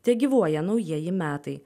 tegyvuoja naujieji metai